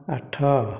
ଆଠ